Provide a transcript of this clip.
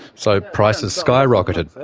so prices skyrocketed.